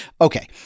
Okay